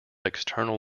external